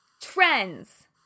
trends